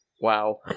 Wow